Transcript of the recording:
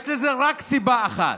יש לזה רק סיבה אחת: